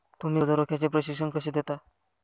तुम्ही कर्ज रोख्याचे प्रशिक्षण कसे देता?